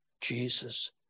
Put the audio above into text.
Jesus